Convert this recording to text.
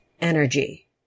energy